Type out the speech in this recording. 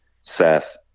Seth